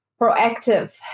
proactive